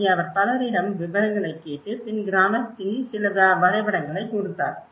அங்கே அவர் பலரிடம் விபரங்களை கேட்டு பின் கிராமத்தின் சில வரைபடங்களைக் கொடுத்தார்